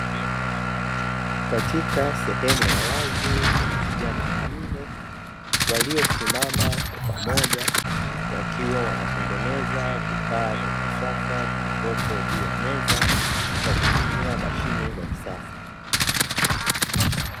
Katika sehemu ya wazi kuna vijana wanne, waliosimama kwa pamoja, wakiwa wanatengeneza vifaa vya kisasa vilivyopo juu ya meza kwa kutumia mashine za kisasa.